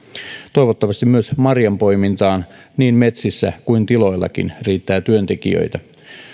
toivottavasti myös marjanpoimintaan niin metsissä kuin tiloillakin riittää työntekijöitä